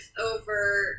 over